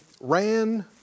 ran